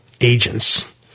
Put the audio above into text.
agents